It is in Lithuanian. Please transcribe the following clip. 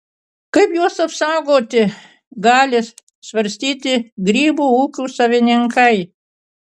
kaip juos apsaugoti gali svarstyti grybų ūkių savininkai